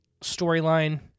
storyline